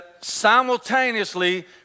simultaneously